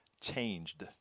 changed